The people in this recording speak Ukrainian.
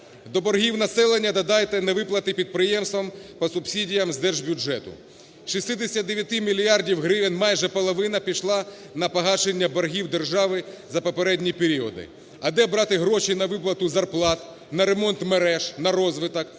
До боргів населення додайте невиплати підприємствам по субсидіям з держбюджету. З 69 мільярдів гривень майже половина пішла на погашення боргів держави за попередні періоди. А де брати гроші на виплату зарплат, на ремонт мереж, на розвиток?